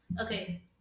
Okay